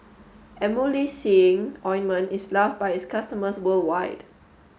Emulsying Ointment is loved by its customers worldwide